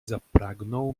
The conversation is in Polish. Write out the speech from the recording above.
zapragnął